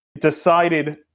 decided